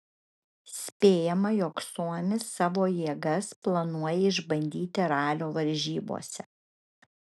spėjama jog suomis savo jėgas planuoja išbandyti ralio varžybose